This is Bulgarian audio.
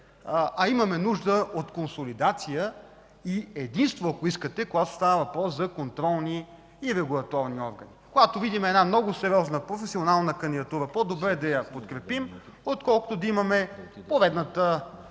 а имаме нужда от консолидация и единство, ако искате, когато става въпрос за контролни и регулаторни органи. А когато видим една много сериозна професионална кандидатура, по-добре е да подкрепим, отколкото да имаме поредното